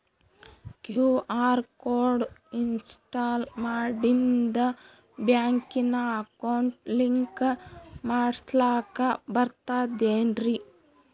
QR code install ಮಾಡಿಂದ ಬ್ಯಾಂಕಿನ account link ಮಾಡಸ್ಲಾಕ ಬರ್ತದೇನ್ರಿ